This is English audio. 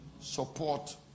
support